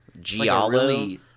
Giallo